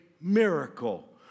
miracle